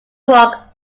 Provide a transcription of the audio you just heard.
walk